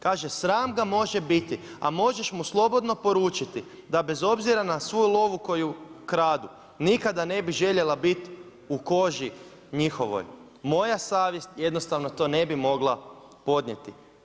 Kaže sram ga može biti a možeš mu slobodno poručiti da bez obzira na svu lovu koju kradu nikada ne bih željela biti u koži njihovoj, moja savjest jednostavno to ne bi mogla podnijeti.